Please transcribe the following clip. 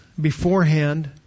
beforehand